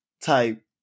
type